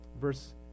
Verse